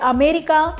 America